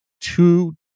two